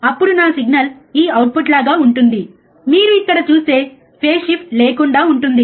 అప్పుడు నా సిగ్నల్ ఈ అవుట్పుట్ లాగా ఉంటుంది మీరు ఇక్కడ చూస్తే ఫేస్ షిఫ్ట్ లేకుండా ఉంటుంది